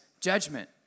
judgment